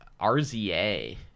RZA